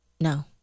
No